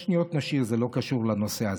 את האחרות נשאיר, הן לא קשורות לנושא הזה.